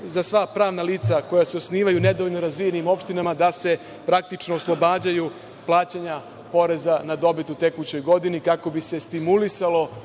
za sva pravna lica koja se osnivaju, u nedovoljno razvijenim opštinama da se praktično oslobađaju plaćanja poreza na dobit u tekućoj godini, kako bi se stimulisalo